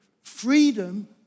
Freedom